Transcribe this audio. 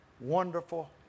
wonderful